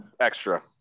Extra